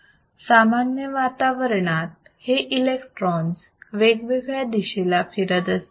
सामान्य वातावरणात हे इलेक्ट्रॉन्स वेगवेगळ्या दिशेला फिरत असतात